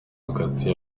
hagati